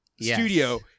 studio